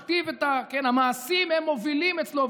והמעשים הם המובילים אצלו,